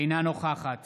אינה נוכחת